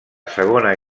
segona